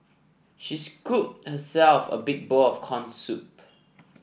she scooped herself a big bowl of corn soup